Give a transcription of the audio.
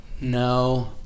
No